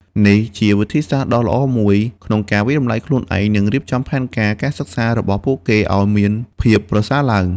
នេះជាវិធីសាស្ត្រដ៏ល្អមួយក្នុងការវាយតម្លៃខ្លួនឯង និងរៀបចំផែនការសិក្សារបស់ពួកគេឲ្យមានភាពប្រសើរឡើង។